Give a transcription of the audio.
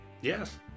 Yes